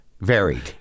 varied